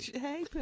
hey